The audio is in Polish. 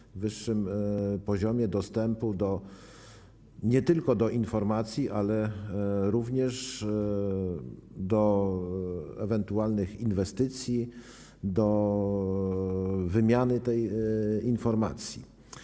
Chodzi o wyższy poziom dostępu nie tylko do informacji, ale również do ewentualnych inwestycji, do wymiany tych informacji.